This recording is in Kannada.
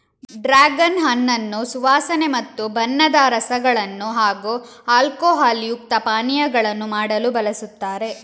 ಡ್ರಾಗನ್ ಹಣ್ಣನ್ನು ಸುವಾಸನೆ ಮತ್ತು ಬಣ್ಣದ ರಸಗಳನ್ನು ಹಾಗೂ ಆಲ್ಕೋಹಾಲ್ ಯುಕ್ತ ಪಾನೀಯಗಳನ್ನು ಮಾಡಲು ಬಳಸುತ್ತಾರೆ